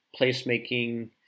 placemaking